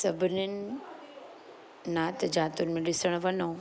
सभिनीनि नात जातियुनि में ॾिसणु वञो